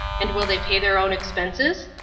and will they pay their own expenses?